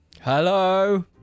Hello